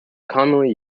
commonly